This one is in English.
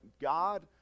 God